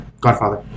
Godfather